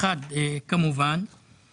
ולאט לאט לא יהיו מכתבים,